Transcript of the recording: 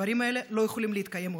הדברים האלה לא יכולים להתקיים עוד.